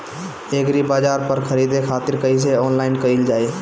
एग्रीबाजार पर खरीदे खातिर कइसे ऑनलाइन कइल जाए?